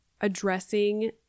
addressing